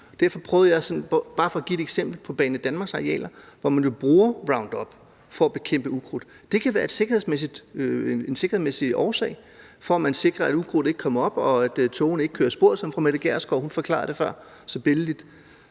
Derfor nævnte jeg bare for at give et eksempel Banedanmarks arealer, hvor man jo bruger Roundup for at bekæmpe ukrudt. Det kan være af en sikkerhedsmæssig årsag, så man sikrer, at ukrudtet ikke kommer op, og at togene ikke kører af sporet, som fru Mette Gjerskov forklarede det så